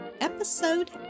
Episode